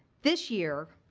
this year,